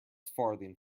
farthing